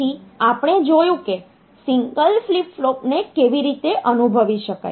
તેથી આપણે જોયું કે સિંગલ ફ્લિપ ફ્લોપને કેવી રીતે અનુભવી શકાય